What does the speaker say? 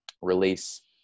release